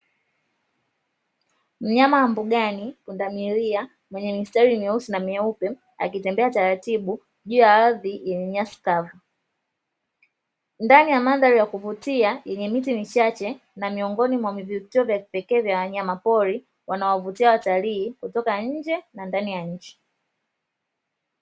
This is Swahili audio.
Mnyama wa mbugani pundamilia mwenye mistari mieusi na mieupe akitembea taratibu juu ya ardhi yenye nyasi kavu; ndani ya mandhari ya kuvutia yenye miti michache na miongoni mwa vivutio vya kipekee vya wanyamapori, wanawavutia watalii kutoka nje na ndani ya nchi.